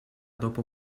dopo